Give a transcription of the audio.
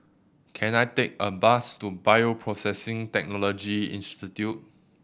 can I take a bus to Bioprocessing Technology Institute